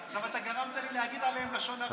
עכשיו אתה גרמת לי להגיד עליהן לשון הרע.